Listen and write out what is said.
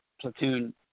platoon